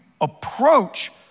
approach